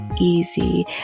easy